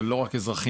זה לא רק אזרחים,